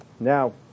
Now